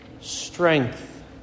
strength